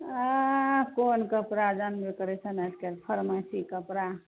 आँ कोन कपड़ा जानबे करय छै ने आजकल फरमाइशी कपड़ा